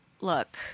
look